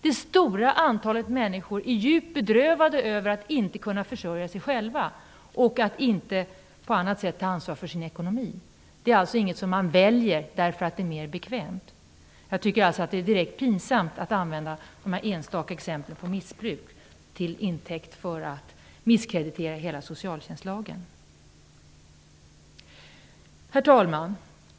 Det stora antalet är djupt bedrövade över att inte kunna försörja sig själva och att inte på annat sätt kunna ta ansvar för sin ekonomi. Det är inget man väljer därför att det är mer bekvämt. Det är direkt pinsamt att dessa enstaka exempel på missbruk används till intäkt för att misskreditera hela socialtjänstlagen. Herr talman!